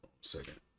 second